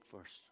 first